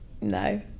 no